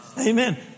Amen